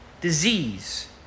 disease